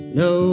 no